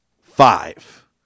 five